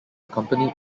accompanied